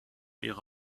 ihre